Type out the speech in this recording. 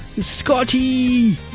Scotty